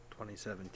2017